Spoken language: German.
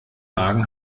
magen